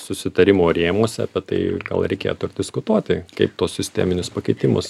susitarimo rėmuose apie tai gal reikėtų ir diskutuoti kaip tuos sisteminius pakeitimus